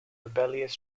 rebellious